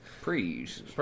Please